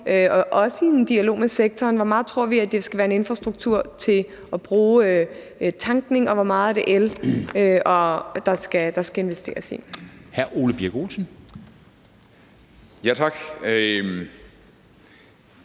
også i en dialog med sektoren – i hvor høj grad vi tror at det skal være en infrastruktur til tankning, og i hvor høj grad det er el, der skal investeres i.